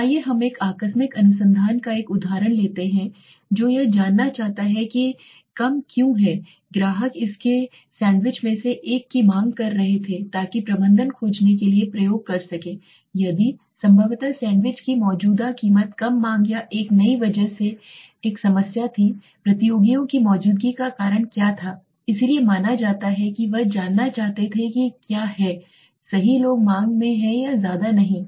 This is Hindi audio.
आइए हम एक आकस्मिक अनुसंधान का एक उदाहरण लेते हैं जो यह जानना चाहता है कि कम क्यों है ग्राहक इसके सैंडविच में से एक की मांग कर रहे थे ताकि प्रबंधन खोजने के लिए प्रयोग कर सके यदि संभवत सैंडविच की मौजूदा कीमत कम मांग या एक नई वजह से एक समस्या थी प्रतियोगियों की मौजूदगी का कारण क्या था इसलिए माना जाता है कि वह जानना चाहते हैं कि क्या है सही लोग मांग में हैं ज्यादा नहीं है